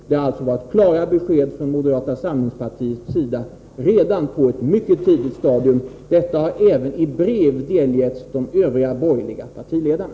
Det har alltså varit klara besked från moderaternas sida redan på ett mycket tidigt stadium. Detta har även i brev delgetts de övriga borgerliga partiledarna.